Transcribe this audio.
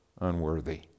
unworthy